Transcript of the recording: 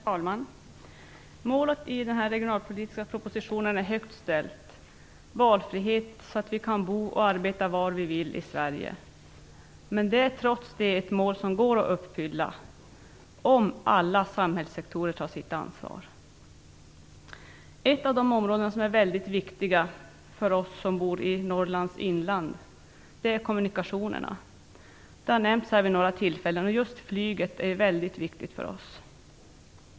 Herr talman! Målet i den här regionalpolitiska propositionen är högt ställt - valfrihet så att vi kan bo och arbeta var vi vill i Sverige. Det är dock ett mål som går att uppfylla - om alla samhällssektorer tar sitt ansvar. Ett av de områden som är mycket viktigt för oss som bor i Norrlands inland är kommunikationerna. Det har nämnts här vid några tillfällen. Just flyget är mycket viktigt för oss.